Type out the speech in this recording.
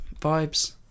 vibes